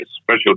special